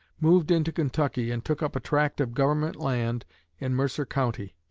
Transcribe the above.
moved into kentucky and took up a tract of government land in mercer county.